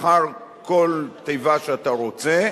תבחר כל תיבה שאתה רוצה,